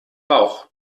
bauch